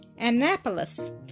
Annapolis